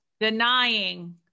denying